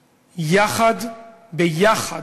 יחד, יחד,